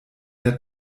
der